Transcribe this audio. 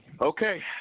Okay